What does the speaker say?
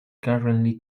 currently